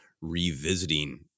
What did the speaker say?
revisiting